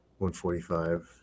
145